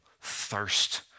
thirst